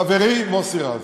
חברי מוסי רז.